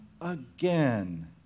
again